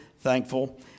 Thankful